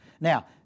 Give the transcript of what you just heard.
Now